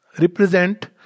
represent